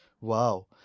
Wow